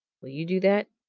will you do that?